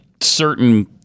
certain